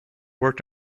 worked